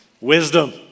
Wisdom